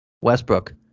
Westbrook